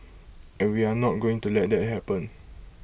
and we are not going to let that happen